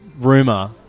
rumor